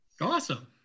Awesome